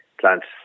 plants